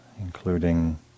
including